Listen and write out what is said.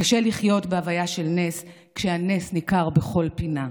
קשה לחיות בהוויה של נס כשהנס ניכר בכל פינה,